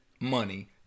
money